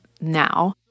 now